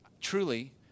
truly